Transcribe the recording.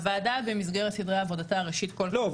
הוועדה במסגרת סדרי עבודתה ראשית כל --- לא,